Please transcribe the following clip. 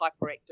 hyperactive